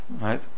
Right